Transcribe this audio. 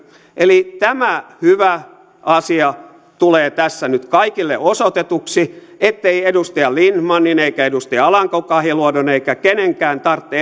eli tämä hyvä asia tulee tässä nyt kaikille osoitetuksi ettei edustaja lindtmanin eikä edustaja alanko kahiluodon eikä kenenkään tarvitse